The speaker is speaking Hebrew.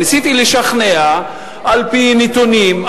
ניסיתי לשכנע על-פי נתונים,